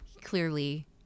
clearly